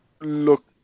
look